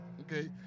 okay